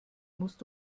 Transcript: musst